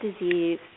disease